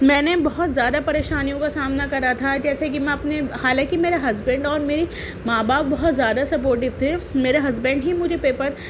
میں نے بہت زیادہ پریشانیوں کا سامنا کرا تھا جیسے کہ میں اپنے حالانکہ میرے ہسبینڈ اور میری ماں باپ بہت زیادہ سپورٹیو تھے میرے ہسبینڈ ہی مجھے پیپر